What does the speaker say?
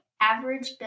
Average